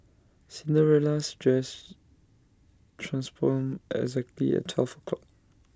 Cinderella's dress transformed exactly at twelve o'clock